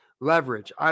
leverage